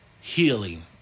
Healing